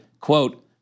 quote